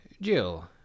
Jill